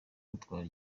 gutwara